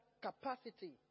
capacity